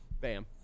bam